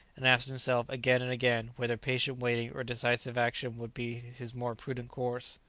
and asked himself again and again whether patient waiting or decisive action would be his more prudent course.